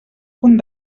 punt